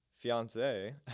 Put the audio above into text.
fiance